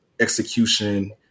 execution